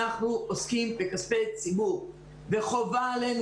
אנחנו עוסקים בכספי ציבור וחובה עלינו